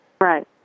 Right